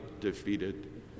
defeated